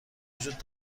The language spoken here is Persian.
وجود